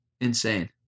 Insane